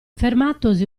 fermatosi